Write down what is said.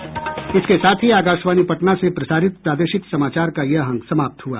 इसके साथ ही आकाशवाणी पटना से प्रसारित प्रादेशिक समाचार का ये अंक समाप्त हुआ